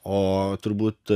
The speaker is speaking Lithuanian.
o turbūt